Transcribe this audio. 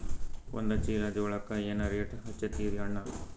ಒಂದ ಚೀಲಾ ಜೋಳಕ್ಕ ಏನ ರೇಟ್ ಹಚ್ಚತೀರಿ ಅಣ್ಣಾ?